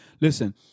Listen